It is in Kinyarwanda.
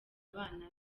abana